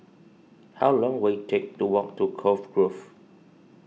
how long will it take to walk to Cove Grove